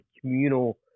communal